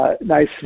nice